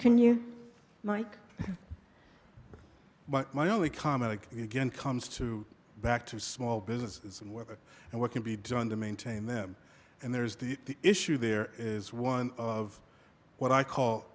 can you mike but my only comment again comes to back to small businesses and whether and what can be done to maintain them and there's the issue there is one of what i call